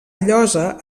llosa